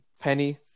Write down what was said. Penny